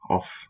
Off